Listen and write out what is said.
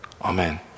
Amen